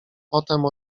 potem